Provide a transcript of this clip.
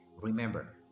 Remember